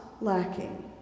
lacking